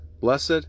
BLESSED